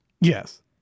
Yes